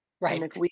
Right